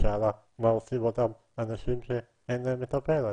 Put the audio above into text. היא שאלה מה עושים אותם אנשים שאין להם מטפל.